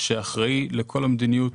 שאחראי לכל המדיניות